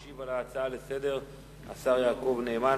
ישיב על ההצעה לסדר-היום השר יעקב נאמן,